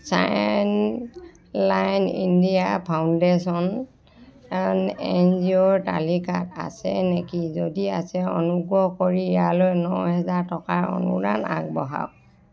Childline India Foundation on এনজিঅ'ৰ তালিকাত আছে নেকি যদি আছে অনুগ্ৰহ কৰি ইয়ালৈ ন হেজাৰ টকাৰ অনুদান আগবঢ়াওক